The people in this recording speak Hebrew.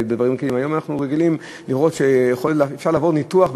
היום אנחנו רגילים לראות שאפשר לעבור ניתוח,